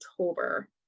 October